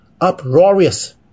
uproarious